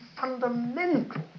fundamental